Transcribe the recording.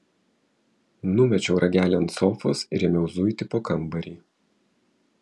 numečiau ragelį ant sofos ir ėmiau zuiti po kambarį